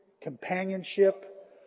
companionship